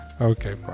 Okay